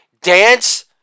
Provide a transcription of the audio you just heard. dance